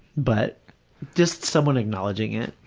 but just someone acknowledging it,